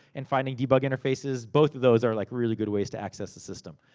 and finding debug interfaces. both of those are like really good ways to access the system.